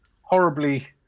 horribly